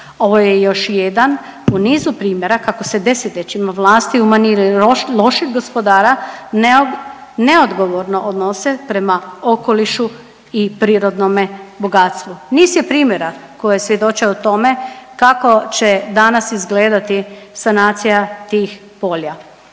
Ovo je jedan u nizu primjera kako se desetljećima vlasti u maniri lošeg gospodara neodgovorno odnose prema okolišu i prirodnome bogatstvu. Niz je primjera koji svjedoče o tome kako će danas izgledati sanacija tih polja.